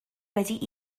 wedi